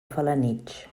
felanitx